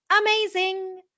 Amazing